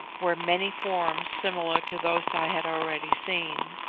were many forms similar to those i had already seen.